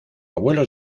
vuelos